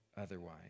otherwise